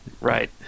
Right